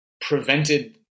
prevented